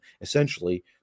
essentially